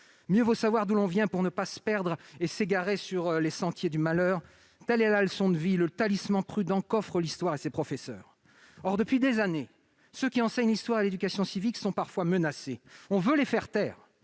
Mieux vaut savoir d'où l'on vient pour ne pas se perdre et s'égarer sur les sentiers du malheur, telle est la leçon de vie, le talisman prudent, qu'offrent l'histoire et ses professeurs. Or, depuis des années, ceux qui enseignent l'histoire et l'éducation civique sont parfois menacés. On veut les faire taire